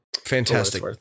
Fantastic